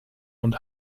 und